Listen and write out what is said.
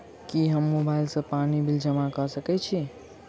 की हम मोबाइल सँ पानि बिल जमा कऽ सकैत छी?